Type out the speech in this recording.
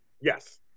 Yes